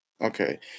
Okay